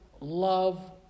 love